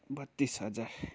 बत्तिस हजार